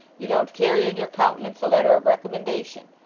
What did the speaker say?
you don't carry in your countenance a letter of recommendation